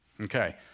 Okay